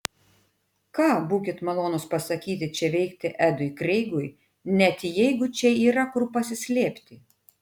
ką būkit malonūs pasakyti čia veikti edui kreigui net jeigu čia yra kur pasislėpti